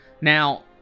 Now